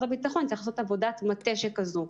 הביטחון צריך לעשות עבודת מטה שכזו.